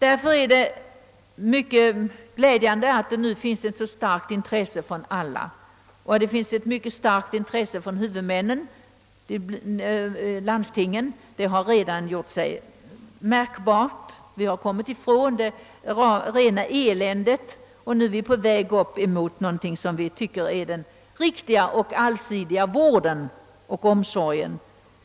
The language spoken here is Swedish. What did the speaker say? Därför är det mycket glädjande att det nu hos alla finns ett så stort intresse för att åstadkomma förbättringar i detta avseende. Detta intresse har redan gjort sig märkbart hos huvudmännen, landstingen. Vi har kommit bort från det rena eländet och är på väg mot en riktig och allsidig vård och omsorg.